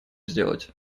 сделать